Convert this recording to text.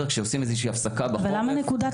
כשעושים איזושהי הפסקה בחורף --- ולמה נקודת